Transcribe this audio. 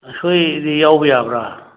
ꯑꯩꯈꯣꯏꯗꯤ ꯌꯥꯎꯕ ꯌꯥꯕ꯭ꯔꯥ